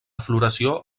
floració